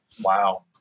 Wow